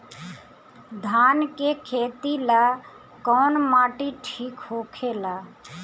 धान के खेती ला कौन माटी ठीक होखेला?